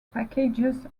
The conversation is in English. packages